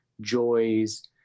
joys